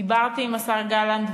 דיברתי עם השר גלנט,